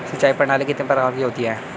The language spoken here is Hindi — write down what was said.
सिंचाई प्रणाली कितने प्रकार की होती हैं?